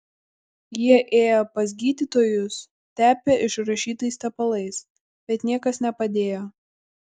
jie ėję pas gydytojus tepę išrašytais tepalais bet niekas nepadėjo